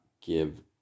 give